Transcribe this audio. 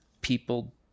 people